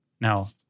Now